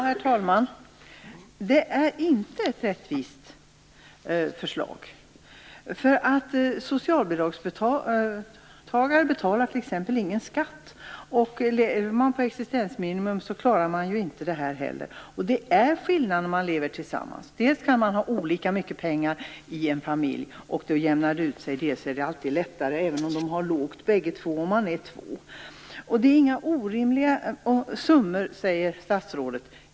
Herr talman! Det är inte ett rättvist förslag, därför att t.ex. socialbidragstagare inte betalar någon skatt. De som lever på existensminimum klarar heller inte detta. Det är skillnad om man lever tillsammans, dels kan man tjäna olika mycket pengar i en familj, men då jämnar det ut sig, dels är det alltid lättare även om båda har en låg inkomst - man är ändå två. Det är inga orimliga summor, säger statsrådet.